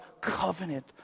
covenant